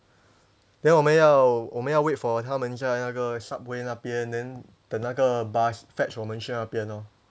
then 我们要我们要 wait for 他们在那个 subway 那边 then 等那个 bus fetch 我们去那边咯